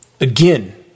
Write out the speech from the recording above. Again